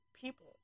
people